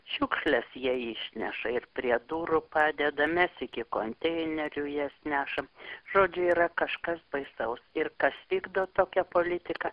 šiukšles jie išneša ir prie durų padeda mes iki konteinerių jas nešam žodžiu yra kažkas baisaus ir kas vykdo tokią politiką